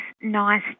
nice